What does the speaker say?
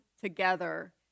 together